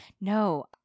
No